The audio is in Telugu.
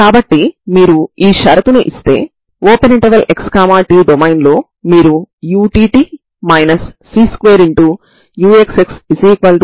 కాబట్టి ఇప్పుడు మీరు ఈ మాత్రిక eμa e μa eμb e μb యొక్క విలోమాన్ని చేయడం వల్ల c1 c2 0 0 అని చూడవచ్చు ఇది మాత్రమే పరిష్కారం అని మీరు చూడవచ్చు